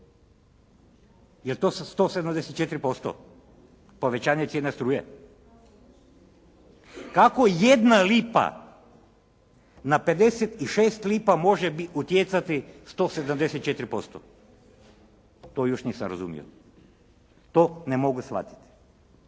jel to 174%, povećanje cijene struje? Kako jedna lipa na 56 lipa može utjecati 174%? To još nisam razumio. To ne mogu shvatiti.